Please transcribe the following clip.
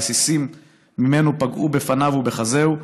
הרסיסים ממנו פגעו בפניו ובחזהו,